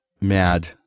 mad